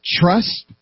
trust